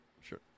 Sure